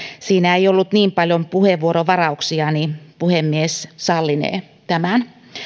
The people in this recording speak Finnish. tässä ei ollut niin paljon puheenvuorovarauksia niin puhemies sallinee tämän